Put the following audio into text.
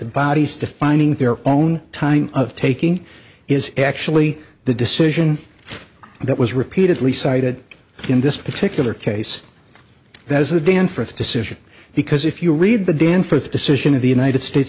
the bodies defining their own time of taking is actually the decision that was repeatedly cited in this particular case that is the danforth decision because if you read the danforth decision of the united states